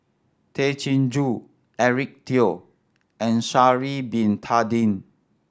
Tay Chin Joo Eric Teo and Sha'ari Bin Tadin